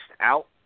out